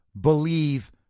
believe